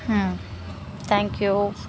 ம் தேங்க்யூ